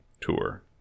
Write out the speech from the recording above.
tour